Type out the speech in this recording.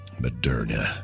moderna